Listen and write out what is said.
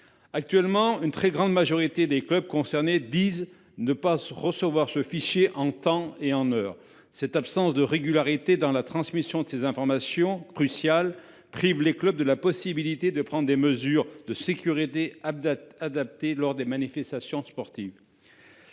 actuellement, une très grande majorité des clubs concernés disent ne pas recevoir ce fichier en temps et en heure. Cette absence de régularité dans la transmission de ces informations cruciales prive les clubs de la possibilité de prendre des mesures de sécurité adaptées lors des manifestations sportives.